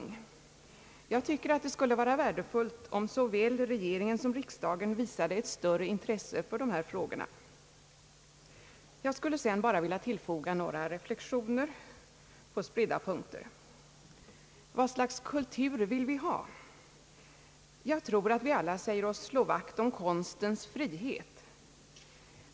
Jag tycker det skulle vara värdefullt om såväl riksdagen som regeringen visade ett större intresse för dessa frågor. Jag skulle sedan bara vilja tillfoga några reflexioner på spridda punkter. Vad för slags kultur vill vi ha? Jag tror att vi alla säger oss slå vakt om konstens frihet.